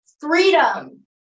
freedom